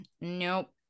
Nope